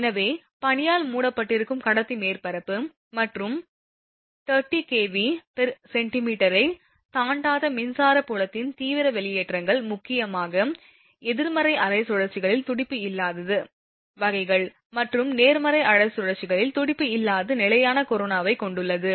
எனவே பனியால் மூடப்பட்டிருக்கும் கடத்தி மேற்பரப்பு மற்றும் 30 kVcm ஐ தாண்டாத மின்சார புலத்தின் தீவிர வெளியேற்றங்கள் முக்கியமாக எதிர்மறை அரை சுழற்சிகளில் துடிப்பு இல்லாதது வகைகள் மற்றும் நேர்மறை அரை சுழற்சிகளில் துடிப்பு இல்லாத நிலையான கொரோனாவைக் கொண்டுள்ளது